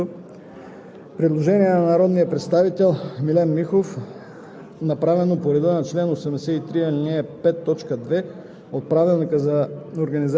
Мария Цветкова, Калин Поповски, Йордан Йорданов, Стоян Божинов, Искрен Веселинов и Александър Сабанов. Комисията подкрепя по принцип предложението.